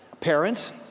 Parents